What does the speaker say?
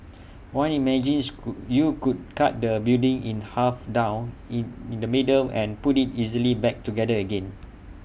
one imagines you could cut the building in half down IT in the middle and put IT easily back together again